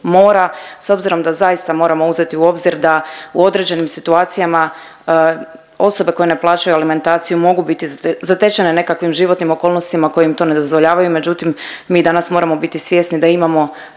s obzirom da zaista moramo uzeti u obzir da u određenim situacijama osobe koje ne plaćaju alimentaciju mogu biti zatečene nekakvim životnim okolnostima koje im to ne dozvoljavaju. Međutim mi danas moramo biti svjesni da imamo